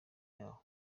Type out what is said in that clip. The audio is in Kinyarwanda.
yaho